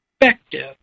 perspective